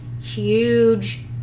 huge